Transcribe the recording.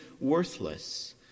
worthless